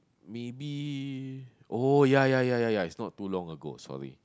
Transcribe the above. maybe oh ya ya ya ya ya it's not too long ago sorry